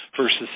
versus